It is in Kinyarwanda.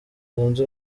zunze